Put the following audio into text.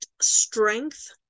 Strength